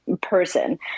person